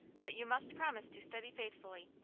but you must promise to study faithfully.